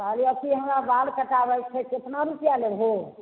कहलिए की हमरा बाल कटाबैके छै कितना रूपैआ लेबहो